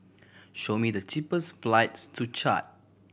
show me the cheapest flights to Chad